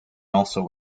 also